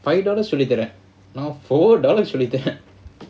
five dollars சொல்லிதரேன்:solli tharen no four dollars சொல்லிதரேன்:solli tharen